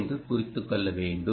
என்று குறித்துக் கொள்ள வேண்டும்